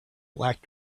black